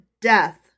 death